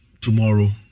tomorrow